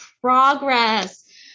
progress